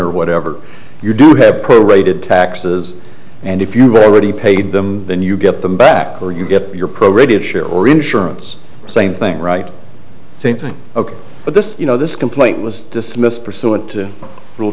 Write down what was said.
or whatever you do have rated taxes and if you have already paid them then you get them back or you get your pro grade share or insurance same thing right same thing ok but this you know this complaint was dismissed pursuant to r